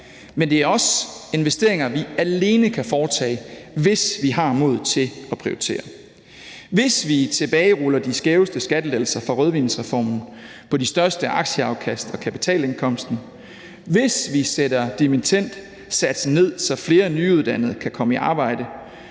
men det er også investeringer, vi alene kan foretage, hvis vi har modet til at prioritere – hvis vi tilbageruller de skæveste skattelettelser fra rødvinsreformen på de største aktieafkast og kapitalindkomst; hvis vi sætter dimittendsatsen ned, så flere nyuddannede kan komme i arbejde,